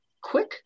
quick